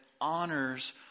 honors